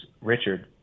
Richard